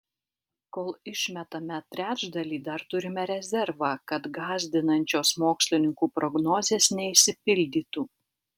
kol išmetame trečdalį dar turime rezervą kad gąsdinančios mokslininkų prognozės neišsipildytų